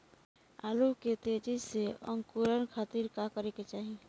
आलू के तेजी से अंकूरण खातीर का करे के चाही?